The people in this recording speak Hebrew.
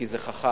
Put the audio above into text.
כי זה חכם,